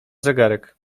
zegarek